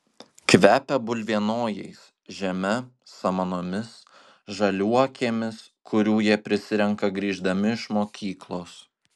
kvepia bulvienojais žeme samanomis žaliuokėmis kurių jie prisirenka grįždami iš mokyklos